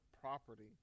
property